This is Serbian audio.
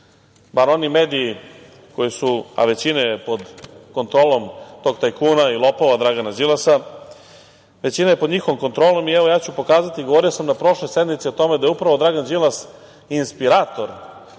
bar oni mediji koji su, a većina je pod kontrolom tog tajkuna i lopova Dragana Đilasa, većina je pod njihovom kontrolom i evo ja ću pokazati, govorio sam na prošloj sednici o tome da je upravo Dragan Đilas inspirator